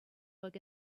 work